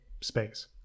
space